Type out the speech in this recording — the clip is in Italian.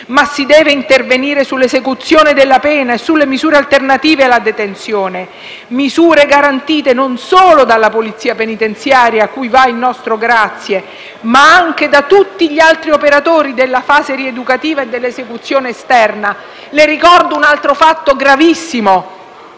ma si deve intervenire sull'esecuzione della pena e sulle misure alternative alla detenzione, garantite non solo dalla Polizia penitenziaria - cui va il nostro ringraziamento - ma anche da tutti gli altri operatori della fase rieducativa e dell'esecuzione esterna. Le ricordo un altro fatto gravissimo,